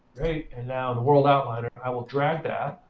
and now, in the world outliner, i will drag that